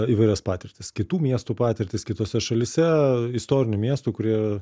įvairias patirtis kitų miestų patirtis kitose šalyse istorinių miestų kurie